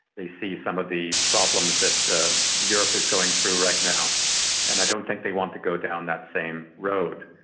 they see some of the problems that europe is going through right now and i don't think they want to go down that same road.